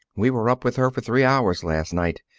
we were up with her for three hours last night.